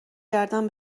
گردن